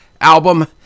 album